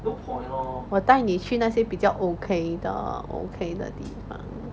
我带你去那些比较 okay 的 okay 的地方